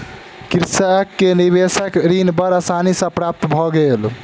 कृषक के निवेशक ऋण बड़ आसानी सॅ प्राप्त भ गेल